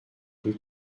rue